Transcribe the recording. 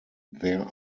there